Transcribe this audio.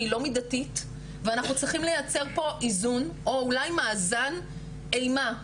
היא לא מידתית ואנחנו צריכים לייצר פה איזון או אולי מאזן אימה,